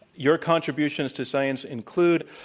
your contributions to science include,